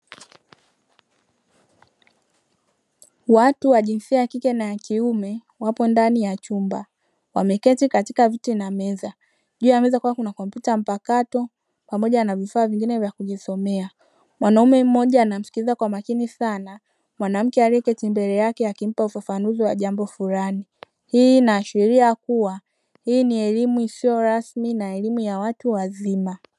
Watu wa jinsia ya kike na ya kiume wapo ndani ya chumba wameketi katika viti na meza juu yaweza kuwa kuna kompyuta mpakato pamoja na vifaa vingine vya kujisomea, wanaume mmoja anamsikiliza kwa makini sana mwanamke aliyeketi mbele yake akimpa ufafanuzi wa jambo fulani, hii inaashiria kuwa hii ni elimu isiyo rasmi na elimu ya watu wazima.